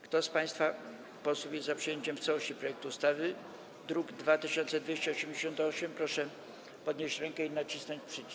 Kto z państwa posłów jest za przyjęciem w całości projektu ustawy z druku nr 2288, proszę podnieść rękę i nacisnąć przycisk.